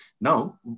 Now